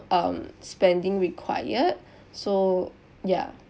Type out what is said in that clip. um spending required so ya